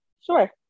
Sure